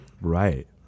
Right